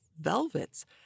velvets